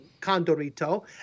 Condorito